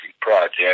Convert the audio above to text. Project